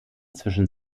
zwischen